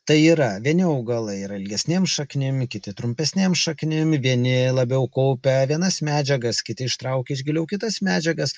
tai yra vieni augalai yra ilgesnėm šaknim kiti trumpesnėm šaknim vieni labiau kaupia vienas medžiagas kiti ištraukia iš giliau kitas medžiagas